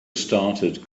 started